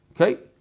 Okay